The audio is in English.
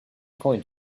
point